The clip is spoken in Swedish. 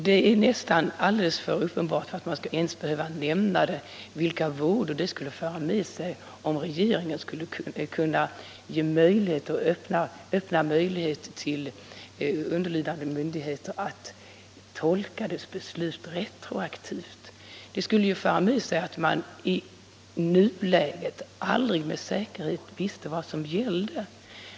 Det är alldeles uppenbart vilka vådor det skulle föra med sig om regeringen skulle öppna möjlighet till underlydande myndigheter att tolka dess beslut retroaktivt. Det skulle föra med sig att man i nuläget aldrig med säkerhet visste vad som gällde.